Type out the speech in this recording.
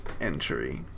entry